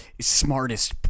smartest